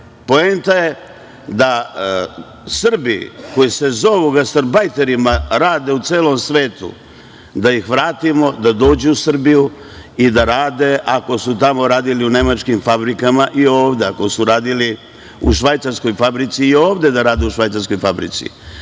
Poenta je da Srbi koji se zovu gastarbajterima rade u celom svetu, da ih vratimo da dođu u Srbiju i da rade, ako su tamo radili u nemačkom fabrikama i ovde, ako su radili u švajcarskoj fabrici i ovde da rade u švajcarskoj fabrici.